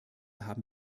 haben